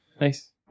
Nice